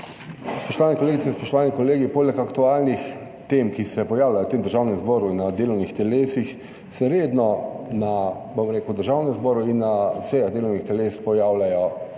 Spoštovane kolegice, spoštovani kolegi! Poleg aktualnih tem, ki se pojavljajo v tem Državnem zboru in na delovnih telesih se redno, bom rekel, v Državnem zboru in na sejah delovnih teles pojavljata